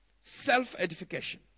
self-edification